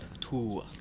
Two